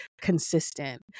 consistent